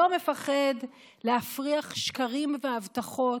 לא מפחד להפריח שקרים והבטחות,